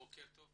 בוקר טוב לכולם,